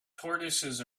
tortoises